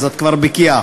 אז את כבר בקיאה.